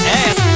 ass